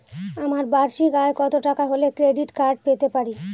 আমার বার্ষিক আয় কত টাকা হলে ক্রেডিট কার্ড পেতে পারি?